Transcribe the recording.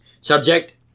Subject